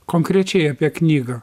konkrečiai apie knygą